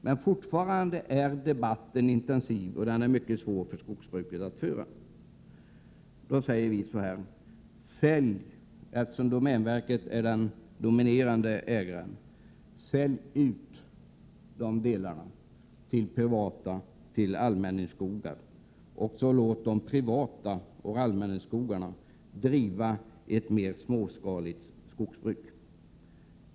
Men fortfarande är debatten intensiv, och den är mycket svår att föra för skogsbrukets företrädare. Domänverket är på detta område den dominerande ägaren. Vi menar att domänverket bör sälja ut detta skogsinnehav till privata intressenter och till allmänningskogar, varigenom ett mer småskaligt skogsbruk kan bedrivas.